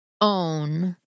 own